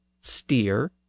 steer